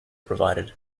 provided